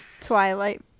Twilight